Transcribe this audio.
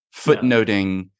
footnoting